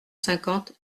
cinquante